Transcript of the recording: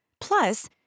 Plus